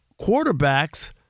quarterbacks